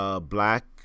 black